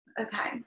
Okay